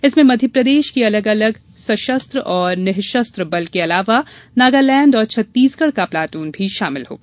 इसमें मध्यप्रदेश की अलग अलग सशस्त्र और निशस्त्र बल के अलावा नागालैंड और छत्तीसगढ़ का प्लाटून मी शामिल होगा